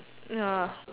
ya